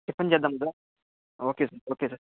tiffin చేద్దాం sir okay sir okay sir